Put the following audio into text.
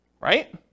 right